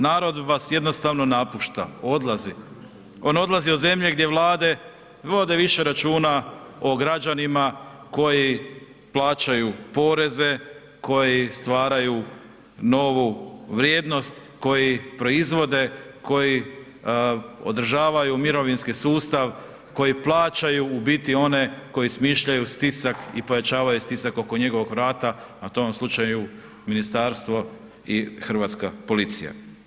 Narod vas jednostavno napušta, odlazi, on odlazi u zemlje gdje vlade vode više računa o građanima koji plaćaju poreze, koji stvaraju novu vrijednost, koji proizvode, koji održavaju mirovinski sustav, koji plaćaju u biti one koji smišljaju stisak i pojačavaju stisak oko njegovog vrata, a to u ovom slučaju ministarstvo i Hrvatska policija.